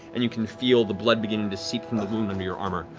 and you can feel the blood beginning to seep from the wound under your armor.